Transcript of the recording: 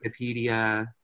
Wikipedia